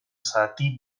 zati